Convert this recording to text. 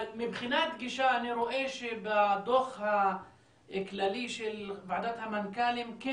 אבל מבחינת גישה אני רואה שבדוח הכללי של ועדת המנכ"לים כן